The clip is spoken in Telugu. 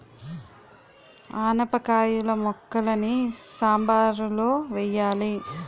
ఆనపకాయిల ముక్కలని సాంబారులో వెయ్యాలి